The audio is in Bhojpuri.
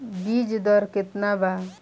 बीज दर केतना बा?